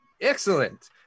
Excellent